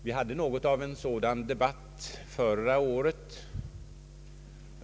Vi hade en sådan debati förra året.